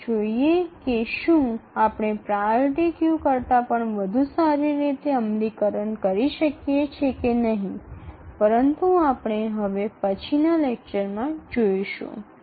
ચાલો જોઈએ કે શું આપણે પ્રાયોરિટી ક્યૂ કરતાં પણ વધુ સારી રીતે અમલીકરણ કરી શકીએ છીએ કે નહીં પરંતુ આપણે હવે પછીનાં લેક્ચરમાં જોઈશું